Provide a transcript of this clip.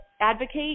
advocate